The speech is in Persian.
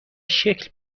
شکل